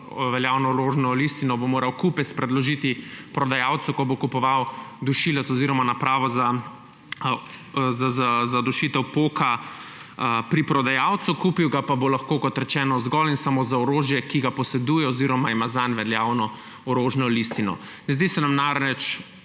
veljavno orožno listino bo moral kupec predložiti prodajalcu, ko bo kupoval dušilec oziroma napravo za zadušitev poka pri prodajalcu. Kupil ga pa bo lahko, kot rečeno, zgolj in samo za orožje, ki ga poseduje oziroma ima zanj veljavno orožno listino. Ne zdi se nam namreč